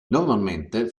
normalmente